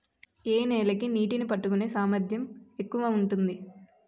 ఏ నేల కి నీటినీ పట్టుకునే సామర్థ్యం ఎక్కువ ఉంటుంది?